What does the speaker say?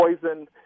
poisoned